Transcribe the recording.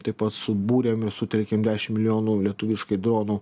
taip pat subūrėm ir suteikėm dešim milijonų lietuviškai dronų